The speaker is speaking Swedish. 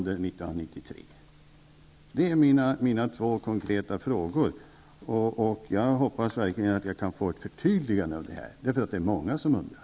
Det är mina två konkreta frågor. Jag hoppas verkligen att jag kan få ett förtydligande. Det är många som undrar.